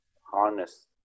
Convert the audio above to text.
harness